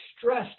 stressed